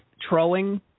trolling